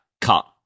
cut